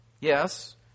Yes